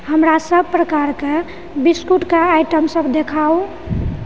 हमरा सभ प्रकारक बिस्कुट कऽ आइटमसभ देखाउ